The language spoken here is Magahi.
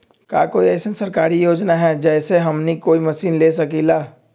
का कोई अइसन सरकारी योजना है जै से हमनी कोई मशीन ले सकीं ला?